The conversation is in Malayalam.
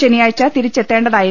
ശനിയാഴ്ച തിരിച്ചെത്തേണ്ടതായിരുന്നു